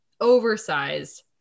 oversized